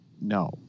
No